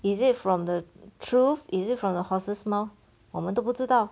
is it from the truth is it from the horse's mouth 我们都不知道